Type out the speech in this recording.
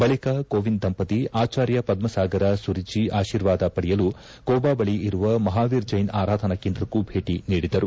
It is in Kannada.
ಬಳಿಕ ಕೋವಿಂದ್ ದಂಪತಿ ಆಚಾರ್ಯ ಪದ್ಮ ಸಾಗರ ಸುರಿಜಿ ಆಶೀರ್ವಾದ ಪಡೆಯಲು ಕೋಬಾ ಬಳಿ ಇರುವ ಮಹಾವೀರ್ ಜ್ಟೆನ್ ಆರಾಧನಾ ಕೇಂದ್ರಕ್ಕೂ ಭೇಟ ನೀಡಿದರು